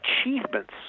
achievements